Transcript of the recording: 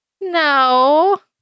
No